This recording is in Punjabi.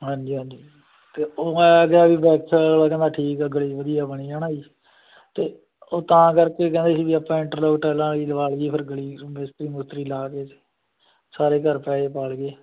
ਹਾਂਜੀ ਹਾਂਜੀ ਅਤੇ ਉਹ ਆਇਆ ਗਿਆ ਕਹਿੰਦਾ ਠੀਕ ਆ ਗਲੀ ਵਧੀਆ ਬਣੀ ਹੈ ਨਾ ਜੀ ਅਤੇ ਉਹ ਤਾਂ ਕਰਕੇ ਕਹਿੰਦੇ ਸੀ ਵੀ ਆਪਾਂ ਇੰਟਰਲੋਕ ਟੈਲਾਂ ਵਾਲੀ ਲਵਾ ਲਈਏ ਫਿਰ ਗਲੀ ਮਿਸਤਰੀ ਮੁਸਤਰੀ ਲਾ ਕੇ ਸਾਰੇ ਘਰ ਪੈਸੇ ਪਾ ਲਈਏ